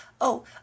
Oh